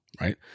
right